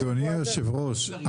אדוני היושב-ראש,